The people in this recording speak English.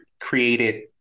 created